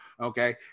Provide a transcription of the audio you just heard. okay